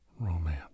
romance